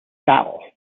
spell